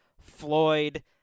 Floyd